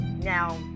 Now